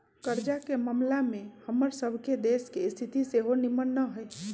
कर्जा के ममला में हमर सभ के देश के स्थिति सेहो निम्मन न हइ